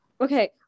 Okay